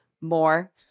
more